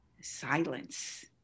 Silence